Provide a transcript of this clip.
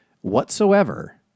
whatsoever